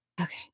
okay